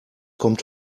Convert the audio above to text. kommt